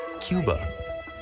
Cuba